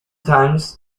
times